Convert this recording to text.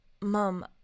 Mom